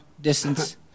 distance